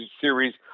series